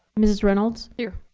mrs. reynolds. here.